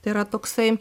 tai yra toksai